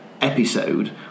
episode